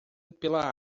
pela